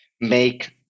make